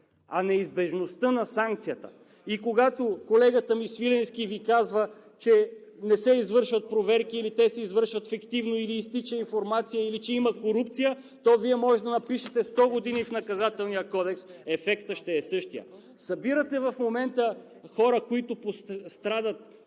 а неизбежността на санкцията. И когато колегата ми Свиленски Ви казва, че не се извършват проверки или се извършват фиктивно, или изтича информация, или има корупция, то Вие можете да напишете и „100 години“ в Наказателния кодекс – ефектът ще е същият. Събирате в момента хора, които страдат